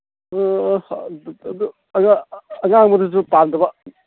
ꯑꯗꯣ ꯑꯉꯥꯡꯕꯗꯨꯁꯨ ꯄꯥꯝꯗꯕ